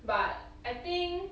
but I think